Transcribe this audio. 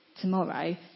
tomorrow